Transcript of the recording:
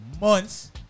months